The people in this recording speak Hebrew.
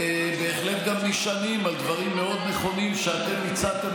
בהחלט גם נשענים על דברים מאוד נכונים שאתם הצעתם